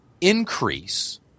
increase